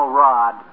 rod